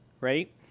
right